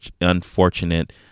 unfortunate